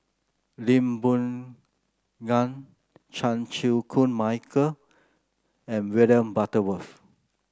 Lee Boon Ngan Chan Chew Koon Michael and William Butterworth